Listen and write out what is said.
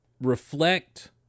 reflect